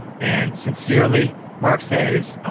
and sincerely mark says,